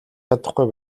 чадахгүй